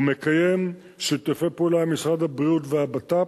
הוא מקיים שיתופי פעולה עם משרד הבריאות והבט"פ,